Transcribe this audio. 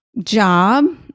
job